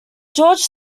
george